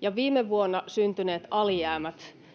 Ja viime vuonna syntyneet alijäämät